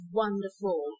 wonderful